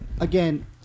Again